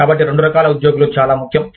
కాబట్టి రెండు రకాల ఉద్యోగులు చాలా ముఖ్యం